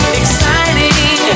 exciting